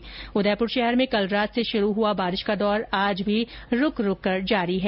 वहीं उदयपुर शहर में कल रात से शुरू हआ बारिश का दौर आज भी रूक रूककर जारी है